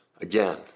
Again